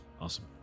Awesome